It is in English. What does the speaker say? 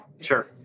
Sure